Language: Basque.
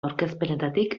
aurkezpenetatik